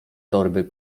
torby